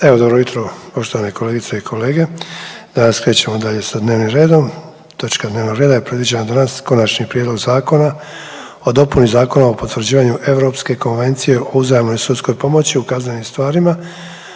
Evo dobro jutro poštovane kolegice i kolege. Danas krećemo dalje sa dnevnim redom. Točka dnevnog reda je predviđena danas: - Konačni prijedlog Zakona o dopuni Zakona o potvrđivanju Europske konvencije o uzajamnoj sudskoj pomoći u kaznenim stvarima